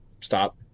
stop